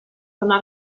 zona